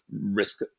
risk